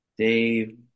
Dave